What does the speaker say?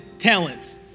talents